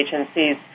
agencies